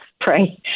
pray